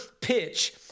pitch